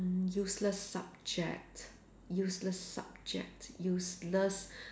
um useless subject useless subject useless